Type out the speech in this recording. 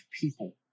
people